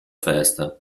festa